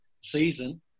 season